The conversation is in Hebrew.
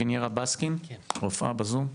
וינרה בסקין, רופא שנמצא בזום.